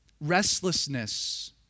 Restlessness